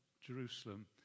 Jerusalem